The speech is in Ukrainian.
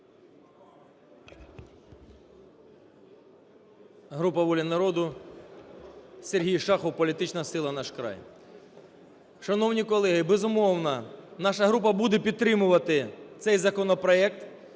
Група "Воля народу", Сергій Шахов політична сила "Наш край". Шановні колеги, безумовно, наша група буде підтримувати цей законопроект.